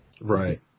Right